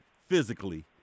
physically